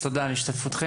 תודה על השתתפותכם.